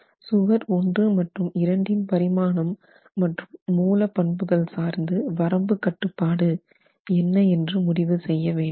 சுவர் 1 மற்றும் சுவர் 2 இரண்டின் பரிமாணம் மற்றும் மூல பண்புகள் சார்ந்து வரம்பு கட்டுப்பாடு என்ன என்று முடிவு செய்ய வேண்டும்